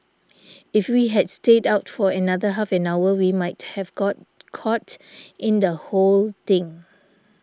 if we had stayed out for another half an hour we might have got caught in the whole thing